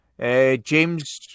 James